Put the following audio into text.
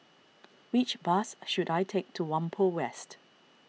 which bus should I take to Whampoa West